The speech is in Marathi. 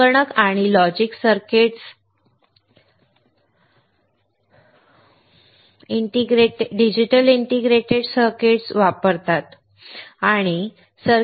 संगणक आणि logic circuits digital integrated circuits वापरतात